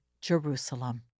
Jerusalem